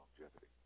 longevity